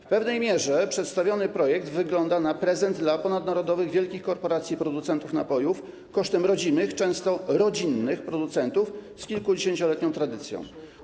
W pewnej mierze przedstawiony projekt wygląda na prezent dla ponadnarodowych wielkich korporacji producentów napojów - kosztem rodzimych, często rodzinnych producentów z kilkudziesięcioletnią tradycją.